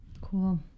Cool